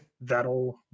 that'll